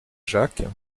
jacques